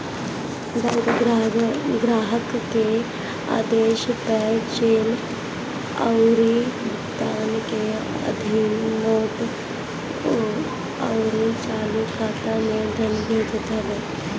bank ग्राहक के आदेश पअ चेक अउरी भुगतान के अधीन नोट अउरी चालू खाता में धन भेजत हवे